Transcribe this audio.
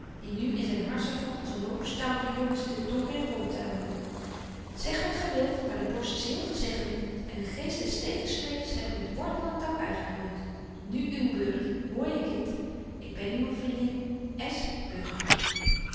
die nu in zyn harsenvat als een hoop stoute jongens in den donker herom tuimelen zeg wat gy wilt maar de borst is heel gezeggelyk en de geest des tegensprekens heb ik met wortel en tak uitgeroeit nu uw beurt hoor je kind ik ben uwe vriendin